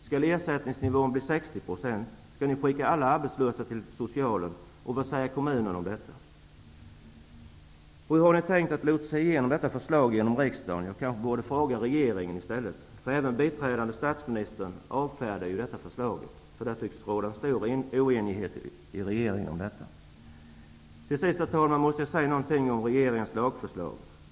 Skall ersättningen bli Hur har ni tänkt er att lotsa detta förslag igenom riksdagen? Jag kanske borde ha frågat regeringen i stället, för även biträdande statsministern avfärdar ju förslaget. Det tycks råda stor oenighet i regeringen om detta. Till sist måste jag också säga någonting om regeringens lagförslag.